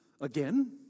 again